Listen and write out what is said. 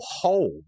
hold